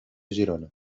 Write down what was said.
girona